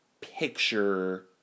picture